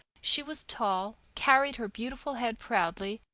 she was tall, carried her beautiful head proudly,